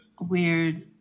weird